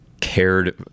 cared